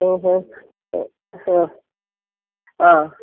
ആ ഹാ ആ ആ